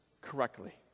correctly